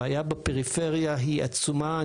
הבעיה בפריפריה היא עצומה.